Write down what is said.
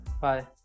Bye